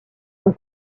aux